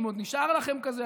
אם עוד נשאר לכם כזה,